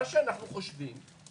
מה שאנחנו חושבים,